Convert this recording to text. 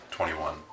Twenty-one